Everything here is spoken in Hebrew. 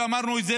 ואמרנו את זה,